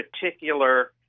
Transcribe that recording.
particular